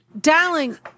Darling